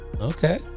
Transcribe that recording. okay